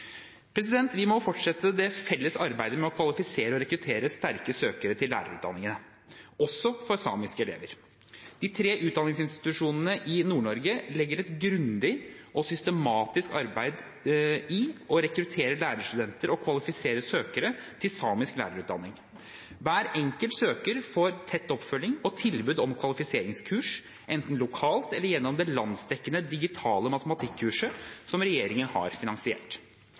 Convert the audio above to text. Vi må fortsette det felles arbeidet med å kvalifisere og rekruttere sterke søkere til lærerutdanningene, også for samiske elever. De tre utdanningsinstitusjonene i Nord-Norge legger et grundig og systematisk arbeid i å rekruttere lærerstudenter og kvalifisere søkere til samisk lærerutdanning. Hver enkelt søker får tett oppfølging og tilbud om kvalifiseringskurs, enten lokalt eller gjennom det landsdekkende, digitale matematikkurset som regjeringen har finansiert.